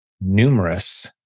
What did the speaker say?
numerous